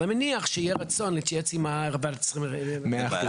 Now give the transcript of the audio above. אבל אני מניח שיהיה רצון להתייעץ עם --- מאה אחוז.